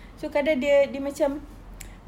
so kadang dia dia macam